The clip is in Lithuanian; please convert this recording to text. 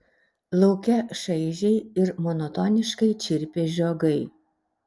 lauke šaižiai ir monotoniškai čirpė žiogai